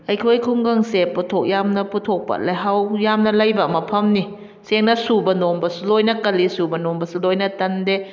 ꯑꯩꯈꯣꯏ ꯈꯨꯡꯒꯪꯁꯦ ꯄꯣꯠꯊꯣꯛ ꯌꯥꯝꯅ ꯄꯨꯊꯣꯛꯄ ꯂꯩꯍꯥꯎ ꯌꯥꯝꯅ ꯂꯩꯕ ꯃꯐꯝꯅꯤ ꯁꯦꯡꯅ ꯁꯨꯕ ꯅꯣꯝꯕꯁꯨ ꯂꯣꯏꯅ ꯀꯜꯂꯤ ꯁꯨꯕ ꯅꯣꯝꯕꯁꯨ ꯂꯣꯏꯅ ꯇꯟꯗꯦ